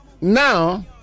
Now